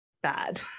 bad